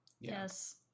Yes